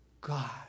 God